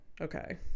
Okay